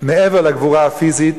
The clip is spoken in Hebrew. מעבר לגבורה הפיזית,